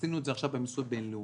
עשינו את זה עכשיו במיסוי בין-לאומי.